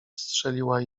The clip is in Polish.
strzeliła